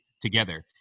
together